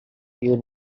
you